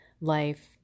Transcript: life